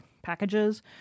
packages